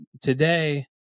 today